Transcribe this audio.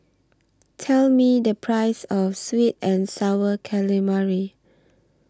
Tell Me The Price of Sweet and Sour Calamari